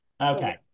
Okay